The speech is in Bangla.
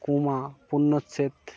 কমা পূর্ণচ্ছেদ